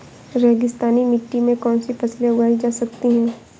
रेगिस्तानी मिट्टी में कौनसी फसलें उगाई जा सकती हैं?